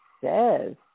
says